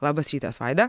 labas rytas vaida